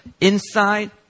inside